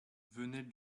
venelle